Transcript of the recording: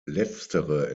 letztere